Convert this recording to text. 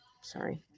sorry